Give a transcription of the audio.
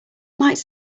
might